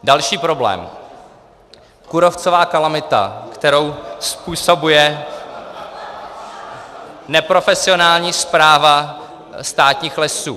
Další problém: kůrovcová kalamita, kterou způsobuje neprofesionální správa státních lesů.